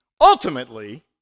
ultimately